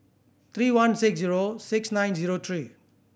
three one six zero six nine zero three